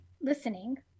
listening